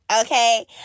Okay